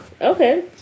Okay